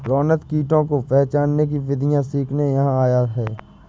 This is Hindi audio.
रोनित कीटों को पहचानने की विधियाँ सीखने यहाँ आया है